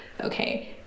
okay